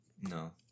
No